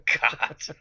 God